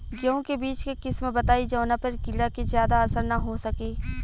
गेहूं के बीज के किस्म बताई जवना पर कीड़ा के ज्यादा असर न हो सके?